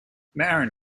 marin